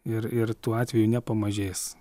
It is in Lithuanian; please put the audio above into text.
ir ir tuo atveju nepamažės